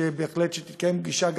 שבהחלט תתקיים פגישה,